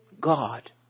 God